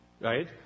Right